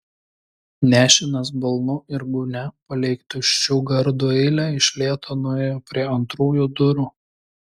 nešinas balnu ir gūnia palei tuščių gardų eilę iš lėto nuėjo prie antrųjų durų